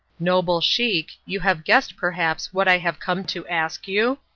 noble scheik, you have guessed perhaps what i have come to ask you?